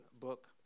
book